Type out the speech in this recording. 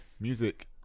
music